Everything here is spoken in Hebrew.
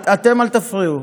אתם, אל תפריעו.